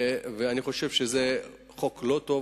אני חושב שזה חוק לא טוב,